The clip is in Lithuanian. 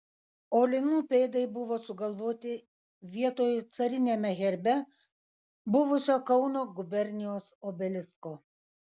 o linų pėdai buvo sugalvoti vietoj cariniame herbe buvusio kauno gubernijos obelisko